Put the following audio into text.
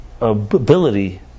ability